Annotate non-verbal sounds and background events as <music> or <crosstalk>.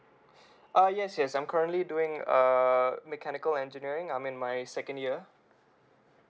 <breath> ah yes yes I'm currently doing err mechanical engineering I'm in my second year